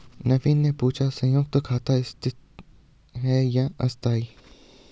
नवीन ने पूछा संयुक्त खाता स्थाई है या अस्थाई